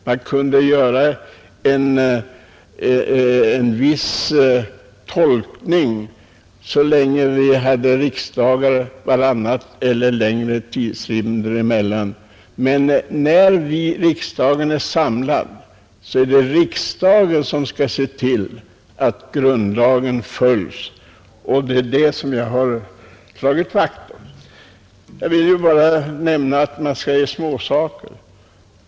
Man kunde göra en viss tolkning så länge vi hade riksdagar vartannat år eller med längre tidsrymder emellan, men när riksdagen är samlad är det riksdagen som skall se till att grundlagen följs, och det är det som jag har slagit vakt om. Man talar om att det gäller srnåsaker.